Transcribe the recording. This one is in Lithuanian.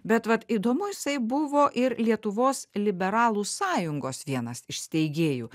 bet vat įdomu jisai buvo ir lietuvos liberalų sąjungos vienas iš steigėjų